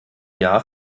jahr